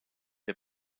der